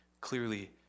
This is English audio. clearly